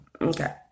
Okay